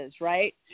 right